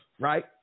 right